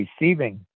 receiving